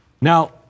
Now